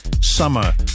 summer